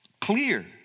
clear